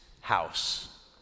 house